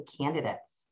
candidates